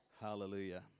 hallelujah